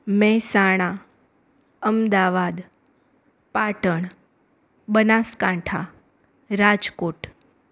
Mehsana Ahmedabad Patan Banaskantha Rajkot